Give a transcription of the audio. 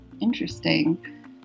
interesting